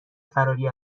فراری